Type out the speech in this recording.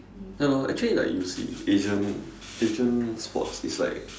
ya lor actually like you see Asian Asian sports is like